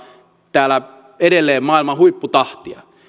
täällä edelleen maailman huipputahtia